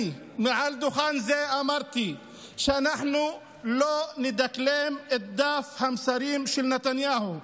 אני מעל דוכן זה אמרתי שאנחנו לא נדקלם את דף המסרים של נתניהו.